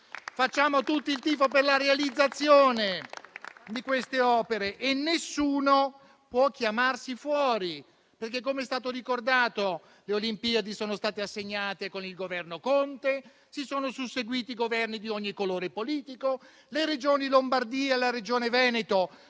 Facciamo tutti il tifo per la realizzazione di queste opere e nessuno può chiamarsi fuori, perché - come è stato ricordato - le Olimpiadi sono state assegnate con il Governo Conte, si sono susseguiti i Governi di ogni colore politico; le Regioni Lombardia e Veneto